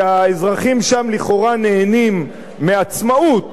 שהאזרחים שם לכאורה נהנים מעצמאות,